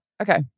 okay